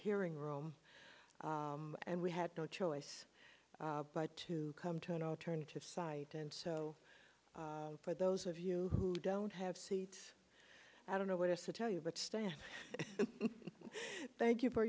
hearing room and we had no choice but to come to an alternative site and so for those of you who don't have seats i don't know what us to tell you but staff thank you for